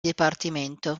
dipartimento